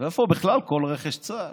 ואיפה בכלל כל רכש צה"ל?